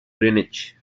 greenwich